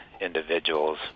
individuals